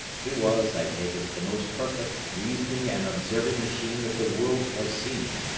he was, i take it, the most perfect reasoning and observing machine that the world has seen,